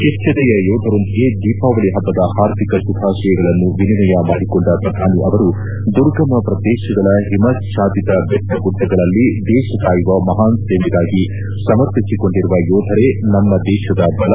ಕೆಚ್ಚೆದೆಯ ಯೋಧರೊಂದಿಗೆ ದೀಪಾವಳಿ ಹಬ್ಲದ ಹಾರ್ದಿಕ ಶುಭಾಶಯಗಳನ್ನು ವಿನಿಮಯ ಮಾಡಿಕೊಂಡ ಪ್ರಧಾನಿ ಅವರು ದುರ್ಗಮ ಪ್ರದೇಶಗಳ ಹಿಮಜ್ವಾದಿತ ಬೆಟ್ಟಗುಡ್ಡಗಳಲ್ಲಿ ದೇಶ ಕಾಯುವ ಮಹಾನ್ ಸೇವೆಗಾಗಿ ಸಮರ್ಪಿಸಿಕೊಂಡಿರುವ ಯೋಧರೆ ನಮ್ನ ದೇಶದ ಬಲ